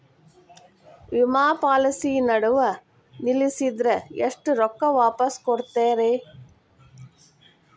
ವಿಮಾ ಪಾಲಿಸಿ ನಡುವ ನಿಲ್ಲಸಿದ್ರ ಎಷ್ಟ ರೊಕ್ಕ ವಾಪಸ್ ಕೊಡ್ತೇರಿ?